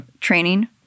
training